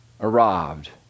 arrived